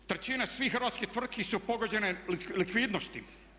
Trećina svih hrvatskih tvrtki su pogođene likvidnosti.